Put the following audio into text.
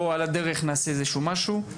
בוא על הדרך נעשה איזשהו משהו,